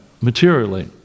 materially